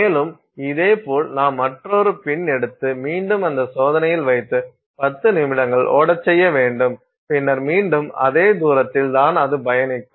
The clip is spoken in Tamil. மேலும் இதேபோல் நாம் மற்றொரு பின் எடுத்து மீண்டும் இந்த சோதனையில் வைத்து 10 நிமிடங்கள் ஓடச் செய்ய வேண்டும் பின்னர் மீண்டும் அதே தூரத்தில் தான் அது பயணிக்கும்